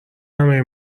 همه